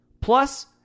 Plus